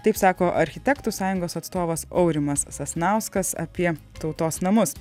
taip sako architektų sąjungos atstovas aurimas sasnauskas apie tautos namus